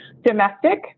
domestic